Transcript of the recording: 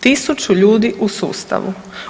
1000 ljudi u sustavu.